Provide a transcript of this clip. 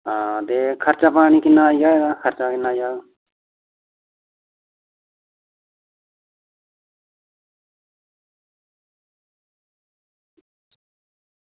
ते खर्चा पानी किन्ना आई जाह्ग खर्चा किन्ना आई जाह्ग